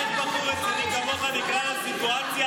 אופיר, איך בחור רציני כמוך נקלע לסיטואציה הזאת?